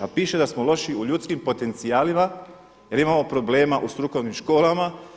A piše da smo loši u ljudskim potencijalima jer imamo problema u strukovnim školama.